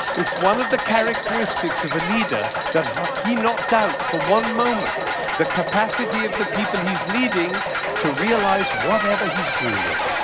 it's one of the characteristics of a leader that ah he not doubt for one moment the capacity of the people he's leading to realize whatever he's dreaming.